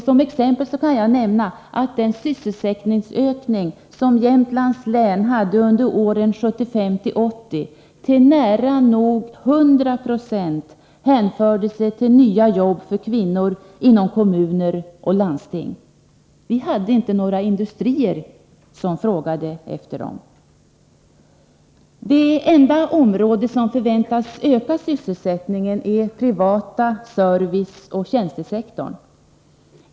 Som exempel kan jag nämna att den sysselsättningsökning som Jämtlands län hade under åren 1975-1980 till nära nog 100 96 hänförde sig till nya jobb för kvinnor inom kommuner och landsting. Vi hade inte några industrier som frågade efter dem. Det enda område som förväntas öka sysselsättningen är den privata serviceoch tjänstesektorn.